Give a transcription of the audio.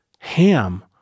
Ham